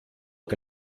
che